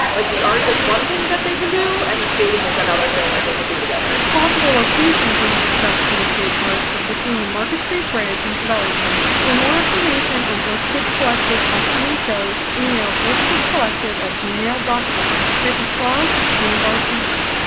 like the art is one thing that they can do, and the skating is another thing that they could do together. possible location being discussed for the skate park is between the market street bridge, and covelli center. for more information on bliss kids collective's upcoming shows, email blisskidscollective ah gmail and com. frances clause, jambar tv.